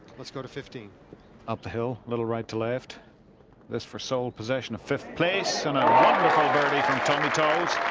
let's go to fifteen up the hill. little right to left this for sole possession of fifth place. and a wonderful birdie from tommy tolles.